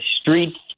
streets